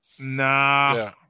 Nah